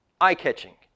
eye-catching